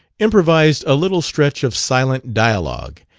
improvised a little stretch of silent dialogue,